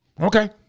Okay